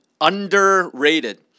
Underrated